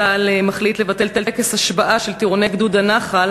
צה"ל מחליט לבטל טקס השבעה של טירוני גדוד הנח"ל